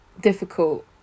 difficult